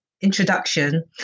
introduction